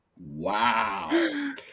Wow